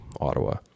Ottawa